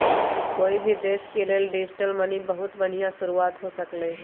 कोई भी देश के लेल डिजिटल मनी बहुत बनिहा शुरुआत हो सकलई ह